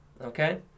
Okay